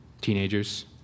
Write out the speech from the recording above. teenagers